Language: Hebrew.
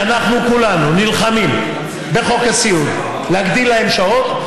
שאנחנו כולנו נלחמים בחוק הסיעוד להגדיל להם שעות,